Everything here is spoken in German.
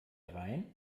rhein